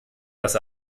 dass